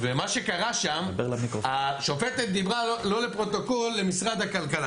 שקרה שם זה שהשופטת דיברה לא לפרוטוקול למשרד הכלכלה.